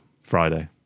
friday